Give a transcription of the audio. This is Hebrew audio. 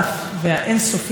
היום הודיעו,